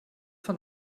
von